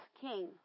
king